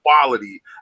quality